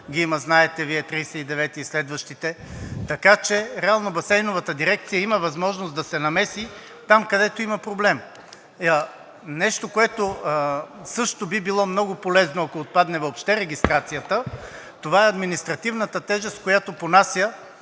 ги има – знаете, 39-и и следващите, така че реално Басейновата дирекция има възможност да се намеси там, където има проблем. Нещо, което също би било много полезно, ако отпадне въобще регистрацията. Това е административната тежест, която понася